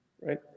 right